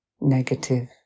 negative